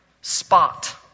spot